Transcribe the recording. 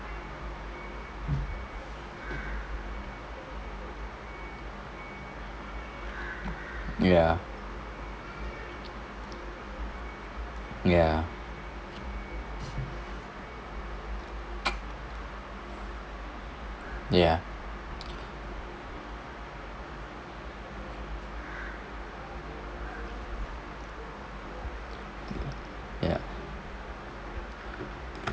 ya ya ya ya